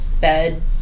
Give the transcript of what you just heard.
bed